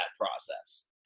process